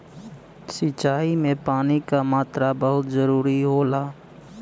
सिंचाई में पानी क मात्रा बहुत जरूरी होला